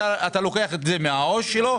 אם אתה לוקח את זה מהעו"ש שלו,